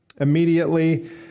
immediately